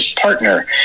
partner